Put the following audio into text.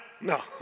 no